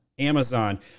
Amazon